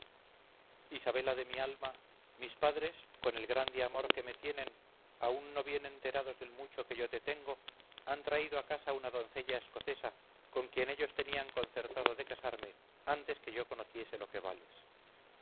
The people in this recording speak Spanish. isabela de mi alma mis padres con el grande amor que me tienen aún no bien enterados del mucho que yo te tengo han traído a casa una doncella escocesa con quien ellos tenían concertado de casarme antes que yo conociese lo que vales